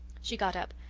she got up.